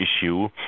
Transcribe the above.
issue